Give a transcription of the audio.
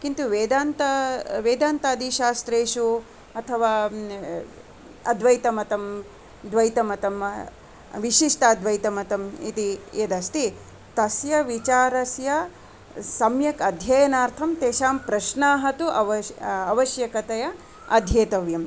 किन्तु वेदान्तादिशास्त्रेषु अथवा अद्वैतमतं द्वैतमतं विशिष्टाद्वैतमतम् इति यदस्ति तस्य विचारस्य सम्यक् अध्ययनार्थं तेषां प्रश्नाः तु अवश्यतया अध्येतव्यम्